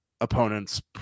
opponents